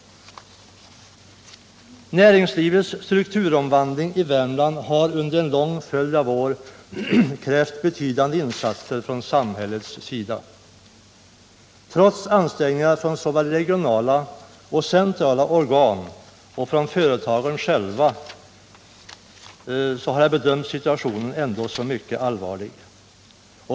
Näringslivets strukturomvandling i Värmland har under en lång följd av år krävt betydande insatser från samhällets sida. Trots ansträngningar från såväl regionala och centrala organ som från företagen själva bedöms situationen såsom mycket allvarlig.